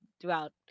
throughout